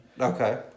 Okay